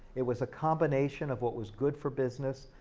it was a combination of what was good for business,